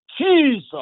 Jesus